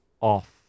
off